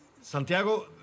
Santiago